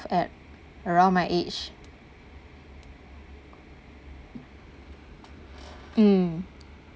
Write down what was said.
at around my age mm